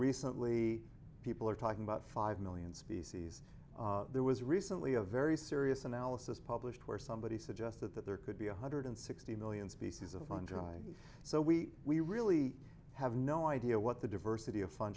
recently people are talking about five million species there was recently a very serious analysis published where somebody suggested that there could be one hundred sixty million species of fungi and so we we really have no idea what the diversity of fun